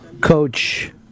coach